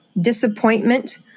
disappointment